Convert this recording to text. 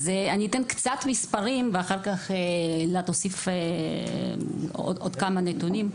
אז אני אתן קצת מספרים ואח"כ אלה תוסיף עוד כמה נתונים.